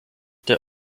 der